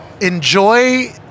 Enjoy